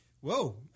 Whoa